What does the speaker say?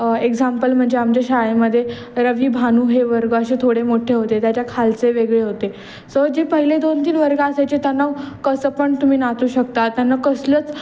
example म्हणजे आमच्या शाळेमध्ये रवी भानू हे वर्ग असए थोडे मोठे होते त्याच्या खालचे वेगळे होते सो जे पहिले दोन तीन वर्ग असायचे त्यांना कसं पण तुम्ही नाचू शकता त्यांना कसलंच